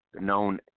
known